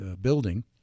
building